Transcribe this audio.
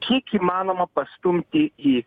kiek įmanoma pastumti į